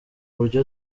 buryo